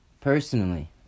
Personally